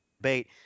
debate